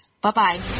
bye-bye